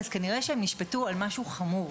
אז כנראה שהם נשפטו על משהו חמור.